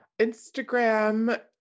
Instagram